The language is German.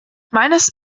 meines